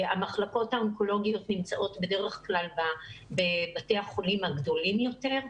המחלקות האונקולוגיות נמצאות בדרך כלל בבתי החולים הגדולים יותר,